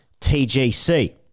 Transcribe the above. TGC